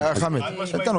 נא לא